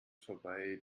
vorbei